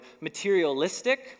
materialistic